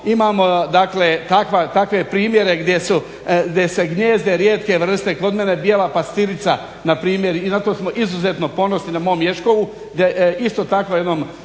imamo takve primjere gdje se gnijezde rijetke vrste. Kod mene bijela pastirica npr. i na to smo izuzetno ponosni na mom Ječkovu, gdje isto tako jednom